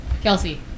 Kelsey